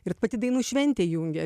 ir pati dainų šventė jungia